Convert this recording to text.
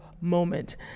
moment